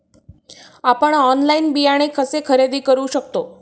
आपण ऑनलाइन बियाणे कसे खरेदी करू शकतो?